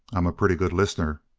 i'm a pretty good listener,